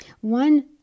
One